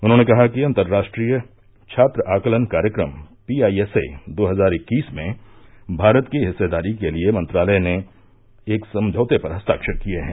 उन्होंने कहा कि अंतर्राष्ट्रीय छात्र आकलन कार्यक्रम पीआईएसए दो हजार इक्कीस में भारत की हिस्सेदारी के लिए मंत्रालय ने एक समझौते पर हस्ताक्षर किए हैं